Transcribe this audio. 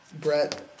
Brett